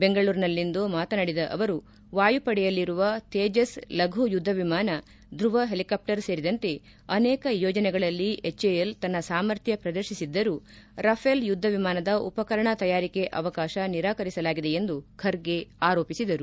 ಬೆಂಗಳೂರಿನಲ್ಲಿಂದು ಮಾತನಾಡಿದ ಅವರು ವಾಯುಪಡೆಯಲ್ಲಿರುವ ತೇಜಸ್ ಲಘು ಯುದ್ಧ ವಿಮಾನ ಧುವ ಹೆಲಿಕಾಪ್ಪರ್ ಸೇರಿದಂತೆ ಅನೇಕ ಯೋಜನೆಗಳಲ್ಲಿ ಎಚ್ಎಎಲ್ ತನ್ನ ಸಾಮರ್ಥ್ಯ ಪ್ರದರ್ಶಿಸಿದ್ದರೂ ರಾಫೆಲ್ ಯುದ್ಧ ವಿಮಾನದ ಉಪಕರಣ ತಯಾರಿಕೆ ಅವಕಾಶ ನಿರಾಕರಿಸಲಾಗಿದೆ ಎಂದು ಖರ್ಗೆ ಆರೋಪಿಸಿದರು